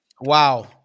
wow